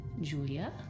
Julia